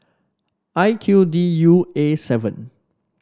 I Q D U A seven